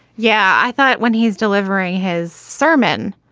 yeah. i thought when he's delivering his sermon.